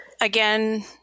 again